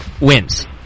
wins